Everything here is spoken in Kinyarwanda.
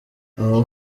aho